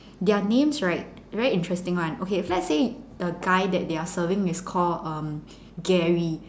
their names right very interesting [one] okay let's say the guy that they are serving is called um Gary